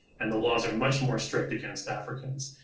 and the laws are much more strict against africans.